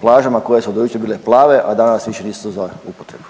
plažama koje su do jučer bile plave, a danas više nisu za upotrebu.